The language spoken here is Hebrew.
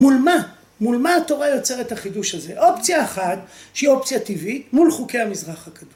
מול מה? מול מה התורה יוצרת החידוש הזה? אופציה אחת שהיא אופציה טבעית מול חוקי המזרח הקדום